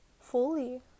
fully